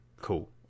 cool